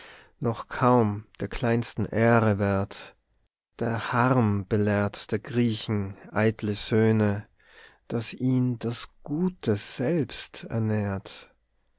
noch kaum der kleinsten ehre wert der harm belehrt der griechen eitle söhne dass ihn das gute ernährt